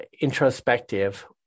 introspective